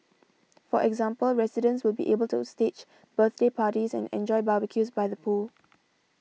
for example residents will be able to stage birthday parties and enjoy barbecues by the pool